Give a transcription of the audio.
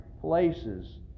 places